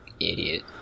Idiot